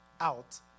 out